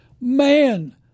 Man